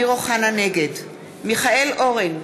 נגד מיכאל אורן,